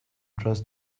trust